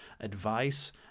advice